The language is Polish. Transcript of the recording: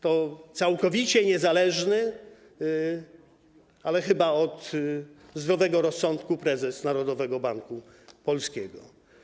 To całkowicie niezależny - ale chyba od zdrowego rozsądku - prezes Narodowego Banku Polskiego.